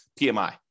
PMI